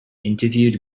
interviewed